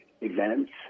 events